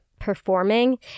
performing